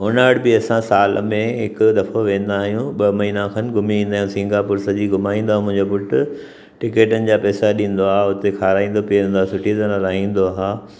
हुन वटि बि असां साल में हिकु दफ़ो वेंदा आहियूं ॿ महीना खनि घुमी ईंदा आहियूं सिंगापुर सॼी घुमाईंदा उहो मुंहिंजो पुटु टिकेटुनि जा पैसा ॾींदो आहे हुते खाराईंदो पीआरींदो सुठी तरह रहाईंदो आ्हे